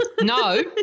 no